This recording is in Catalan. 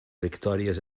victòries